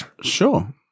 Sure